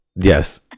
Yes